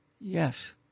Yes